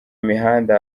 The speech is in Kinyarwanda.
imihanda